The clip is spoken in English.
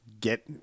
get